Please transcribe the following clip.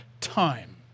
time